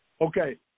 Okay